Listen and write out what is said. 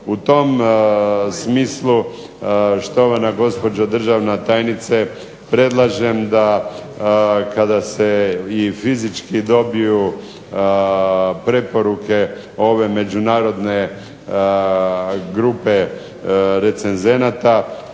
U tom smislu, štovana gospođo državna tajnice, predlažem da kada se i fizički dobiju preporuke ove međunarodne grupe recenzenata